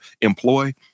employ